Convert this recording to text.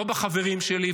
לא בחברים שלי,